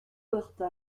heurta